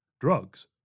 drugs